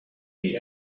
the